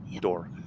door